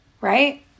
Right